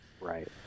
right